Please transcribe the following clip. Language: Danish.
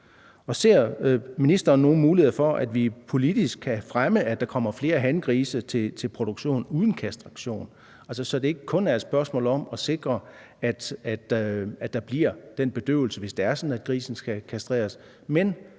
Og ser ministeren nogen muligheder for, at vi politisk kan fremme, at der kommer flere hangrise til produktion uden kastration, så det ikke kun er et spørgsmål om at sikre, at der bliver en bedøvelse, hvis det er sådan, at grisen skal kastreres, men